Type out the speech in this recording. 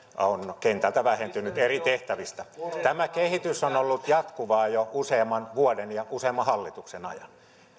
on kentältä vähentynyt eri tehtävistä tämä kehitys on ollut jatkuvaa jo useamman vuoden ja useamman hallituksen ajan